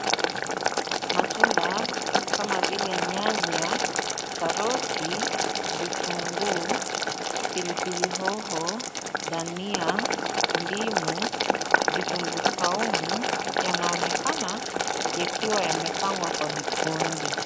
Matunda kama vile nyanya, karoti, kitunguu, pilipili hoho, dhania, ndimu vitunguu saumu yanaonekana yakiwa yamepangwa kwa vikundi.